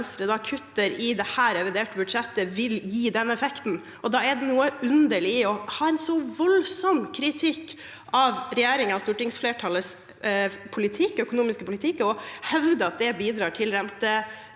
i dette reviderte budsjettet, vil gi den effekten, og da er det noe underlig ved å ha en så voldsom kritikk av regjeringen og stortingsflertallets økonomiske politikk og å hevde at den bidrar til